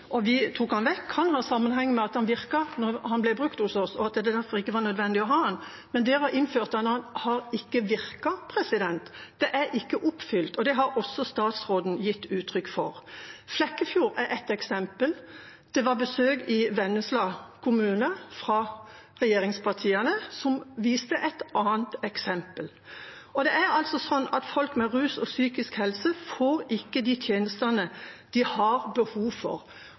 ble brukt hos oss, og at det derfor ikke var nødvendig å ha den. Men det å ha innført den har ikke virket, det er ikke oppfylt, og det har også statsråden gitt uttrykk for. Flekkefjord er ett eksempel. Det var besøk fra regjeringspartiene i Vennesla kommune, som viste et annet eksempel. Det er altså sånn at folk med rusproblemer og psykiske helseproblemer ikke får de tjenestene de har behov for.